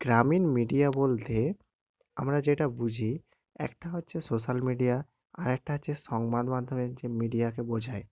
গ্রামীণ মিডিয়া বলতে আমরা যেটা বুঝি একটা হচ্ছে সোশ্যাল মিডিয়া আর একটা হচ্ছে সংবাদমাধ্যমের যে মিডিয়াকে বোঝায়